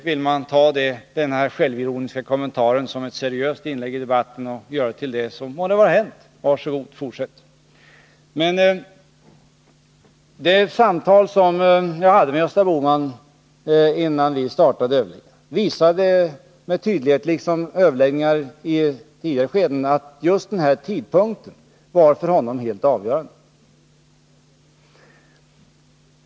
Vill man ta denna självironiska kommentar som ett seriöst inlägg i debatten må det vara hänt — var så goda och fortsätt med det! Det samtal jag hade med Gösta Bohman då, liksom överläggningarna i tidigare skeden, visade med tydlighet att just denna tidpunktsförskjutning var hans huvudinvändning.